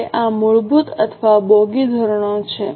હવે આ મૂળભૂત અથવા બોગી ધોરણો છે